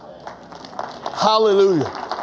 Hallelujah